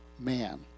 Man